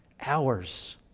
hours